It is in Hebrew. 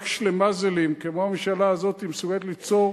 רק שלימזלים כמו הממשלה הזאת מסוגלת ליצור